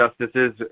justices